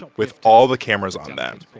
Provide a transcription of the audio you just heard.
with all the cameras on them,